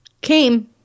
came